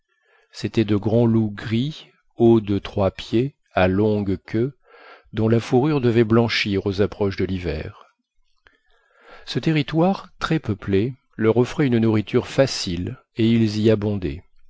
c'étaient de grands loups gris hauts de trois pieds à longue queue dont la fourrure devait blanchir aux approches de l'hiver ce territoire très peuplé leur offrait une nourriture facile et ils y abondaient